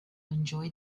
enjoy